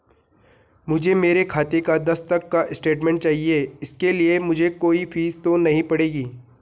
मुझे मेरे खाते का दस तक का स्टेटमेंट चाहिए इसके लिए मुझे कोई फीस तो नहीं पड़ेगी?